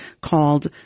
called